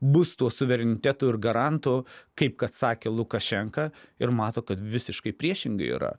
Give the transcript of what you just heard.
bus tuo suverenitetu ir garantu kaip kad sakė lukašenka ir mato kad visiškai priešingai yra